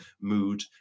mood